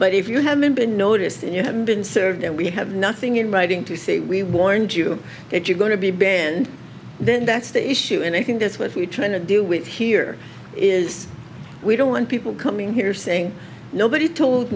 but if you haven't been noticed you haven't been served and we have nothing in writing to say we warned you that you're going to be banned then that's the issue and i think that's what we're trying to do with here is we don't want people coming here saying nobody told